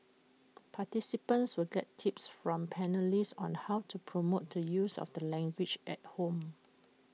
participants will get tips from panellists on how to promote the use of the language at home